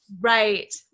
Right